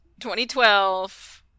2012